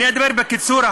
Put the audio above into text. אני אדבר בקיצור.